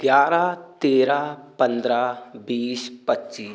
ग्यारह तेरह पन्द्रह बीस पच्चीस